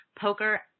poker